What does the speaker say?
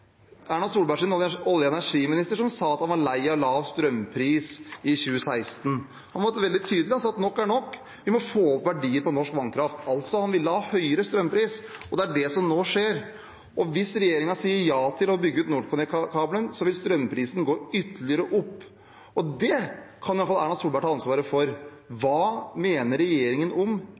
Erna Solbergs olje- og energiminister, som i 2016 sa han var lei av lav strømpris. Han var veldig tydelig og sa at nok var nok, vi måtte få opp verdier på norsk vannkraft. Han ville altså ha høyere strømpris, og det er det som nå skjer. Hvis regjeringen sier ja til å bygge ut NorthConnect-kabelen, vil strømprisen gå ytterligere opp, og det kan i alle fall Erna Solberg ta ansvaret for. Hva mener regjeringen om